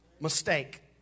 mistake